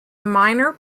minor